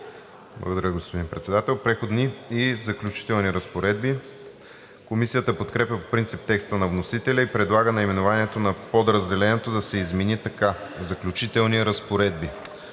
ДОКЛАДЧИК РАДОСЛАВ РИБАРСКИ: „Преходни и заключителни разпоредби“. Комисията подкрепя по принцип текста на вносителя и предлага наименованието на Подразделението да се измени така: „Заключителни разпоредби“.